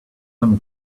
them